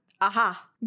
Aha